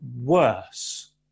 worse